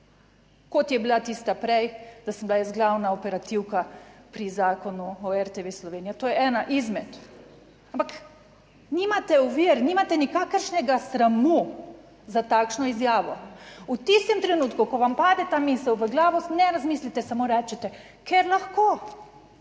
Kot je bila tista prej, da sem bila jaz glavna operativka pri Zakonu o RTV Slovenija, to je ena izmed, ampak nimate ovir, nimate nikakršnega sramu za takšno izjavo. V tistem trenutku, ko vam pade ta misel v glavo, ne razmislite, samo rečete, ker lahko